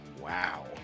wow